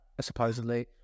supposedly